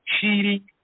cheating